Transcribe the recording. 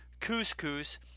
couscous